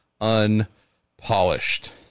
unpolished